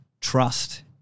trust